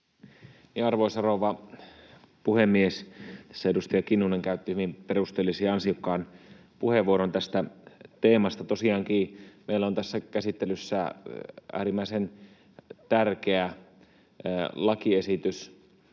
Arvoisa rouva puhemies! Tässä edustaja Kinnunen käytti hyvin perusteellisen ja ansiokkaan puheenvuoron tästä teemasta. Tosiaankin meillä on tässä käsittelyssä äärimmäisen tärkeä lakiesitys,